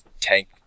tank